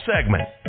segment